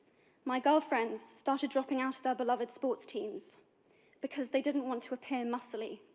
my girlfriends started dropping out of their beloved sports teams because they didn't want to appear muscle-y.